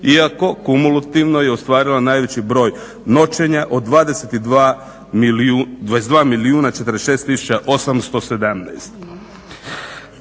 iako kumulativno je ostvarila najveći broj noćenja od 22 milijuna 46